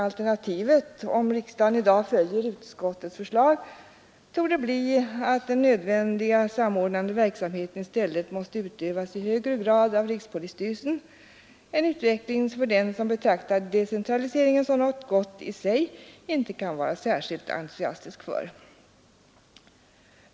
Alternativet, om riksdagen i dag följer utskottets förslag, torde bli att den nödvändiga samordnande verksamheten i stället i högre grad måste utövas av rikspolisstyrelsen, en utveckling som den som betraktar decentralisering som något gott i sig inte kan vara särskilt entusiastisk för.